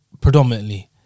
Predominantly